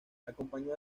acompañó